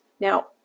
Now